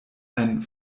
ein